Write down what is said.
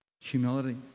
humility